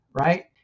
Right